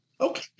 Okay